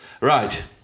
right